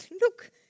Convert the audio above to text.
look